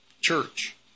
church